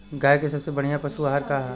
गाय के सबसे बढ़िया पशु आहार का ह?